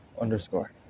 underscore